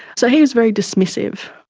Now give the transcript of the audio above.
so he was very dismissive.